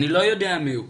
אני לא יודע מי הוא.